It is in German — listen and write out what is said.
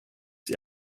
die